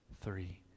three